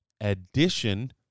addition